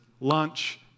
lunch